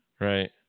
Right